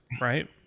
right